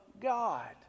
God